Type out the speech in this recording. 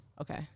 okay